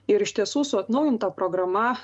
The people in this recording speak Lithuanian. ir iš tiesų su atnaujinta programa